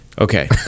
Okay